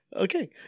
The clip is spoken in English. Okay